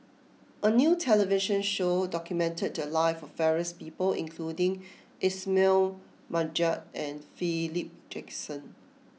a new television show documented the lives of various people including Ismail Marjan and Philip Jackson